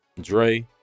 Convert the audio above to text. Dre